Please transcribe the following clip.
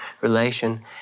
relation